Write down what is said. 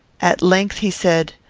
at length he said,